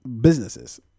Businesses